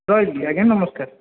ରହିଲି ଆଜ୍ଞା ନମସ୍କାର